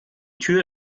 tür